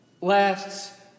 lasts